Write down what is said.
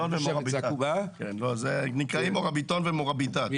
מוראביטון ומוראביטן.